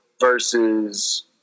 versus